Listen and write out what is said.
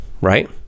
right